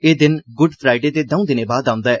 एह दिन Good Friday दे दौं दिनें बाद औंदा ऐ